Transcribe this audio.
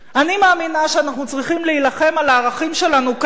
אני מאמינה שאנחנו צריכים להילחם על הערכים שלנו כאן,